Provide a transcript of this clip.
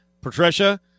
Patricia